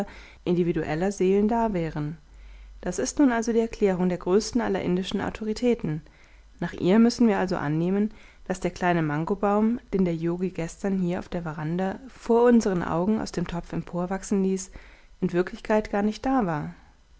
individueller seelen da wären das ist nun also die erklärung der größten aller indischen autoritäten nach ihr müssen wir also annehmen daß der kleine mangobaum den der yogi gestern hier auf der veranda vor unseren augen aus dem topf emporwachsen ließ in wirklichkeit gar nicht da war